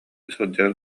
сылдьар